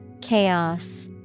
Chaos